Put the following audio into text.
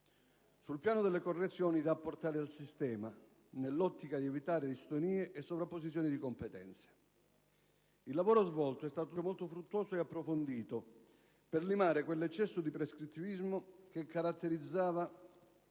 sul piano delle correzioni da apportare al sistema, nell'ottica di evitare distonie e sovrapposizioni di competenze; il lavoro svolto è stato dunque molto fruttuoso e approfondito, per limare quell'eccesso di prescrittivismo che caratterizzava